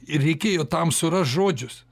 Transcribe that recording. ir reikėjo tam surast žodžius